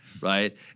right